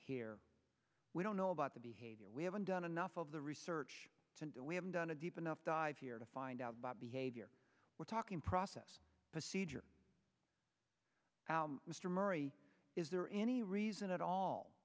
here we don't know about the behavior we haven't done enough of the research we haven't done a deep enough dive here to find out about behavior we're talking process procedure out mr murray is there any reason at all